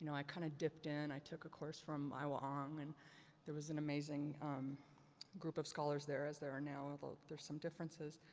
i kinda dipped in, i took a course from aihwa ong and there was an amazing group of scholars there as there are now, although there are some differences.